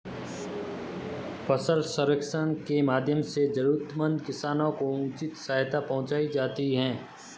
फसल सर्वेक्षण के माध्यम से जरूरतमंद किसानों को उचित सहायता पहुंचायी जाती है